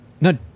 No